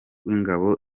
w’ingabo